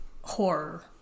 horror